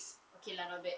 okay lah not bad